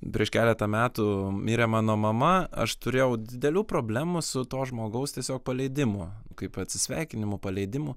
prieš keletą metų mirė mano mama aš turėjau didelių problemų su to žmogaus tiesiog paleidimu kaip atsisveikinimu paleidimu